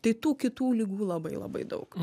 tai tų kitų ligų labai labai daug